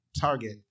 Target